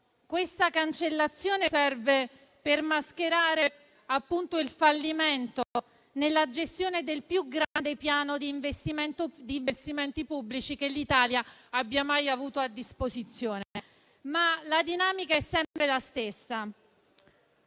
questa cancellazione serve per mascherare il fallimento nella gestione del più grande piano di investimenti pubblici che l'Italia abbia mai avuto a disposizione. La dinamica è sempre la stessa: